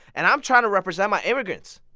and i'm trying to represent my immigrants,